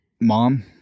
Mom